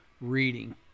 reading